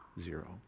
zero